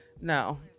No